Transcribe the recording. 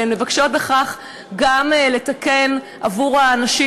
והן מבקשות בכך גם לתקן עבור הנשים